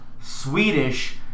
Swedish